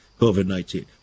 COVID-19